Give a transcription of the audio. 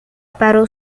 parou